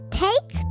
take